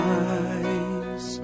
eyes